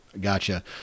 Gotcha